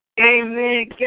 Amen